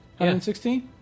116